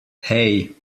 hey